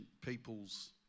peoples